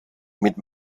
mit